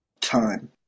time